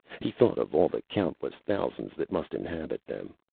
he thought of all the countless thousands that must inhabit them.